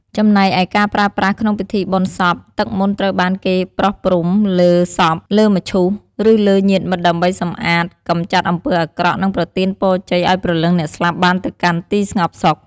ចំណែកឯការប្រើប្រាស់ក្នុងពិធីបុណ្យសព ទឹកមន្តត្រូវបានគេប្រោះព្រំលើសព លើមឈូស ឬលើញាតិមិត្តដើម្បីសម្អាត កម្ចាត់អំពើអាក្រក់ និងប្រទានពរជ័យឱ្យព្រលឹងអ្នកស្លាប់បានទៅកាន់ទីស្ងប់សុខ។